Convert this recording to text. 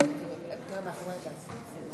באסל גטאס,